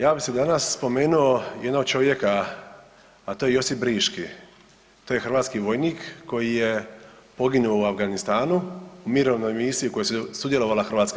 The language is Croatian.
Ja bi se danas spomenuo jednog čovjeka, a to je Josip Briški to je hrvatski vojnik koji je poginuo u Afganistanu u mirovnoj misiji u kojoj je sudjelovala HV.